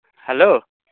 hello